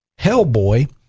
Hellboy